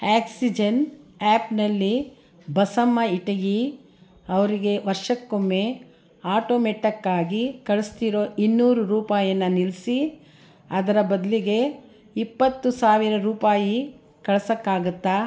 oxygen ಆ್ಯಪ್ನಲ್ಲಿ ಬಸಮ್ಮ ಇಟಗಿ ಅವರಿಗೆ ವರ್ಷಕ್ಕೊಮ್ಮೆ ಆಟೋಮೆಟ್ಟಕ್ಕಾಗಿ ಕಳಿಸ್ತಿರೋ ಇನ್ನೂರು ರೂಪಾಯಿಯನ್ನ ನಿಲ್ಲಿಸಿ ಅದರ ಬದಲಿಗೆ ಇಪ್ಪತ್ತು ಸಾವಿರ ರೂಪಾಯಿ ಕಳ್ಸೋಕ್ಕಾಗುತ್ತಾ